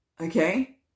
Okay